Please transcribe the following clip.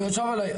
הוא ישב עליי,